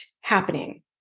happening